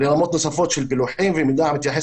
לרמות נוספות של פילוחים ומידע המתייחס